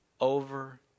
over